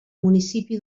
municipi